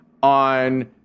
On